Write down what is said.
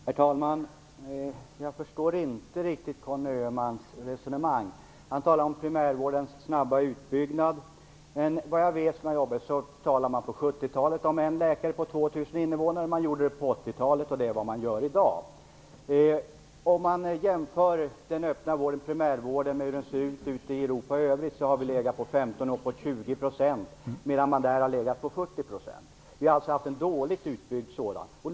Herr talman! Jag förstår inte riktigt Conny Öhmans resonemang. Han talade om primärvårdens snabba utbyggnad. Men såvitt jag vet talade man på 70-talet om en läkare per 2 000 invånare, vilket man också gjorde på 80-talet och man gör det även i dag. Om man jämför vår primärvård med övriga Europas, finner man att vår primärvård har legat på 15 % och uppemot 20 % medan den i övriga Europa har legat på 40 %. Vi har alltså haft en dåligt utbyggd sådan.